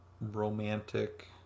romantic